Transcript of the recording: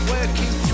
Working